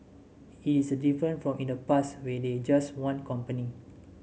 is different from in the past where they just want company